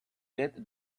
get